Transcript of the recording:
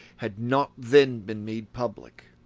had not then been made public.